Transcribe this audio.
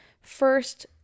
first